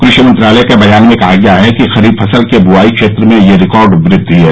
कृषि मंत्रालय के बयान में कहा गया है कि खरीफ फसल के बुआई क्षेत्र में यह रिकार्ड वृद्वि है